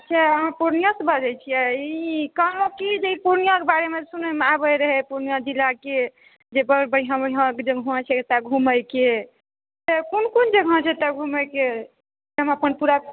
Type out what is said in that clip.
अच्छा अहाँ पूर्णियाँ सऽ बाजै छिये ई कहलहुॅं कि पूर्णियाँके बारे मे सुनैमे आबै रहै पूर्णियाँ जिलाके जे बड्ड बढ़िऑं बढ़िऑं जगह छै घुमयके कौन कौन जगह छै ओतए घुमयके जेतय हम अपन पूरा